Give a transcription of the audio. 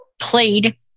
played